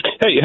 hey